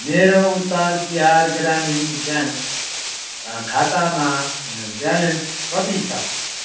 मेरो उत्तर बिहार ग्रामीण ब्याङ्क खातामा ब्यालेन्स कति छ